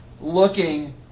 looking